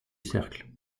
cercle